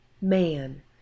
man